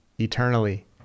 eternally